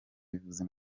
yivuza